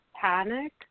panic